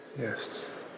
Yes